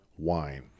wine